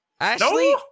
Ashley